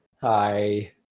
Hi